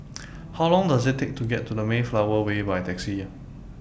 How Long Does IT Take to get to Mayflower Way By Taxi